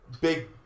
big